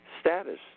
status